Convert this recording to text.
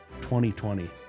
2020